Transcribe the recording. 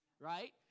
right